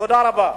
תודה רבה.